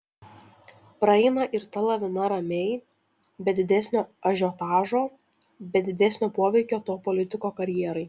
praeina ir ta lavina ramiai be didesnio ažiotažo be didesnio poveikio to politiko karjerai